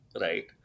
right